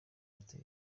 airtel